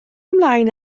ymlaen